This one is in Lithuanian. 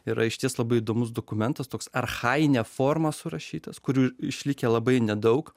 yra išties labai įdomus dokumentas toks archajine forma surašytas kurių išlikę labai nedaug